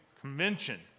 convention